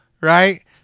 right